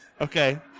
Okay